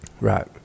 Right